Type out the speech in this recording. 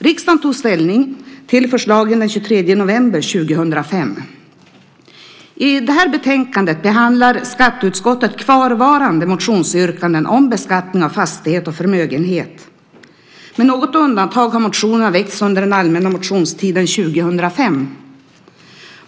Riksdagen tog ställning till förslagen den 23 november 2005. I betänkandet behandlar skatteutskottet kvarvarande motionsyrkanden om beskattning av fastighet och förmögenhet. Med något undantag har motionerna väckts under den allmänna motionstiden 2005.